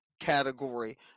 category